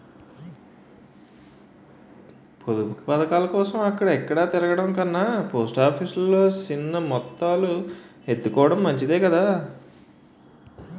పొదుపు పదకాలకోసం అక్కడ ఇక్కడా తిరగడం కన్నా పోస్ట్ ఆఫీసు లో సిన్న మొత్తాలు ఎత్తుకోడం మంచిదే కదా